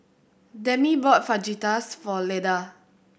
Demi bought Fajitas for Leda